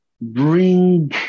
bring